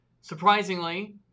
surprisingly